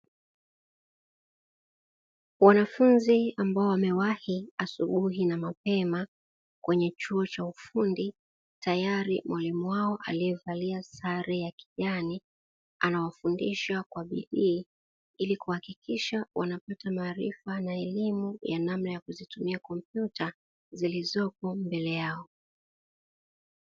Wanafunzi ambao wamewahi asubuhi na mapema kwenye chuo cha ufundi, tayari mwalimu wao aliyevalia sare ya kijani anawafundisha kwa bidii ili kuhakisha wanapata maarifa na elimu ya namba ya kuzitumia kompyuta zilizopo mbele yao.